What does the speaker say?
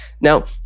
Now